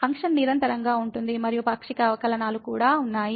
function నిరంతరంగా ఉంటుంది మరియు పాక్షిక అవకలనాలు కూడా ఉన్నాయి